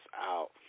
out